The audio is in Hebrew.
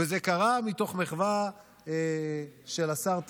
זה קרה מתוך מחווה של השר טיבי,